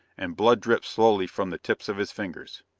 and blood dripped slowly from the tips of his fingers.